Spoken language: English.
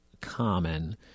common